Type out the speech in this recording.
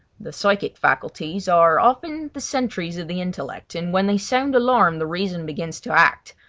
the psychic faculties are often the sentries of the intellect, and when they sound alarm the reason begins to act,